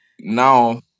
Now